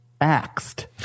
Axed